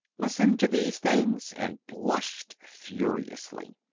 listened to these things and blushed furiously.